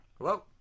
Hello